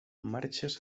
marxes